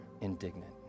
indignant